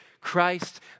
Christ